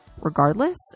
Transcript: regardless